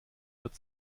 wird